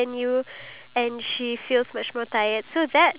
to suit the needs of the elderly